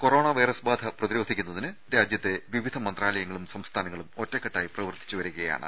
corona virus ബാധ പ്രതിരോധിക്കുന്നതിന് രാജ്യത്തെ വിവിധ മന്ത്രാലയങ്ങളും സംസ്ഥാനങ്ങളും ഒറ്റക്കെട്ടായി പ്രവർത്തിച്ചു വരികയാണ്